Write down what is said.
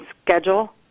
schedule